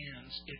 hands